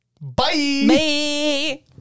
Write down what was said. Bye